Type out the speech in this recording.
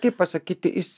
kaip pasakyti jis